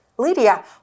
Lydia